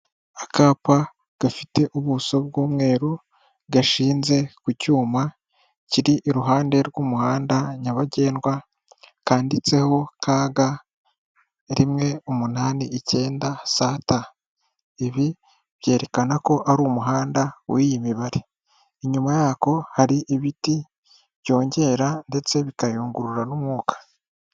Akapa gafite ubuso bw'umweru gashinze ku cyuma kiri iruhande rw'umuhanda nyabagendwa, kanditseho k g rimwe umunani icyenda s t. Ibi byerekana ko ari umuhanda w'iyi mibare, inyuma yako hari ibiti byongera ndetse bikayungurura n'umwuka.